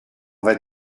vas